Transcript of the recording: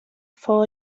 four